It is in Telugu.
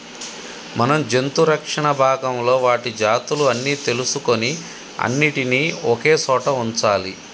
మనం జంతు రక్షణ భాగంలో వాటి జాతులు అన్ని తెలుసుకొని అన్నిటినీ ఒకే సోట వుంచాలి